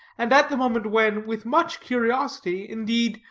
and at the moment when, with much curiosity, indeed,